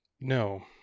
No